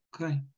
Okay